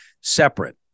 separate